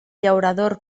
llaurador